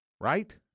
Right